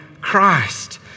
Christ